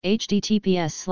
https